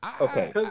okay